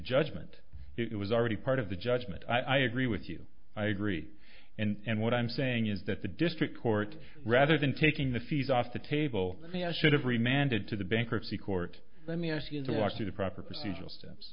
judgment it was already part of the judgment i agree with you i agree and what i'm saying is that the district court rather than taking the fees off the table see i should have remanded to the bankruptcy court let me ask you to walk through the proper procedural steps